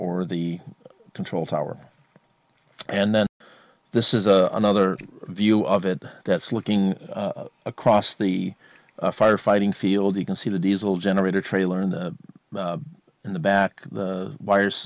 or the control tower and then this is another view of it that's looking across the firefighting field you can see the diesel generator trailer and in the back the wires